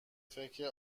فکر